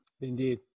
Indeed